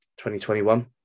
2021